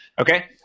okay